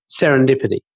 Serendipity